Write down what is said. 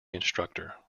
instructor